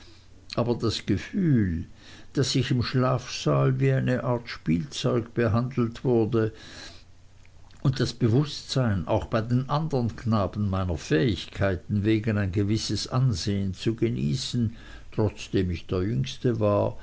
aber das gefühl daß ich im schlafsaal wie eine art spielzeug behandelt wurde und das bewußtsein auch bei den andern knaben meiner fähigkeiten wegen ein gewisses ansehen zu genießen trotzdem ich der jüngste war